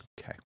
okay